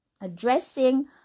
addressing